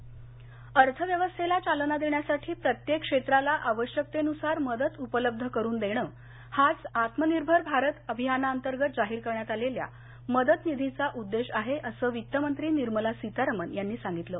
वित्तमंत्री अर्थव्यवस्थेला चालना देण्यासाठी प्रत्येक क्षेत्राला आवश्यकतेनुसार मदत उपलब्ध करून देणं हाच आत्मनिर्भर भारत अभियानांतर्गत जाहीर करण्यात आलेल्या मदत निधीचा उद्देश आहे असं वित्तमंत्री निर्मला सीतारामन यांनी सांगितलं